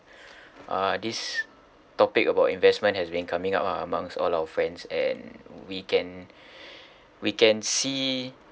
uh this topic about investment has been coming up ah amongst all our friends and we can we can see